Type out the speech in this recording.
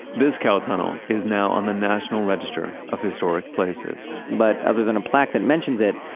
this cow tunnel is now on the national register of historic places but other than a plaque that mentions it,